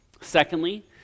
Secondly